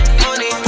money